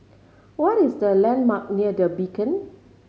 what is the landmark near The Beacon